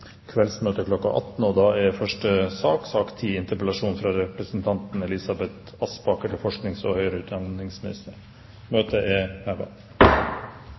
kveldsmøte kl. 18. – Det anses vedtatt. Første sak er sak nr. 10, interpellasjon fra representanten Elisabeth Aspaker til forsknings- og